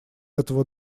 этого